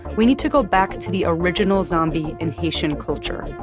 we need to go back to the original zombie in haitian culture.